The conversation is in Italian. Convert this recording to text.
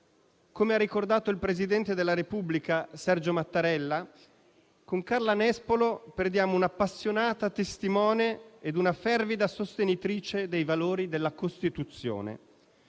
Come ha ricordato il presidente della Repubblica Sergio Mattarella, con Carla Nespolo perdiamo un'appassionata testimone ed una fervida sostenitrice dei valori della Costituzione.